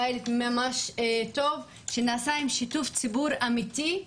פיילוט ממש טוב שנעשה עם שיתוף ציבור אמיתי.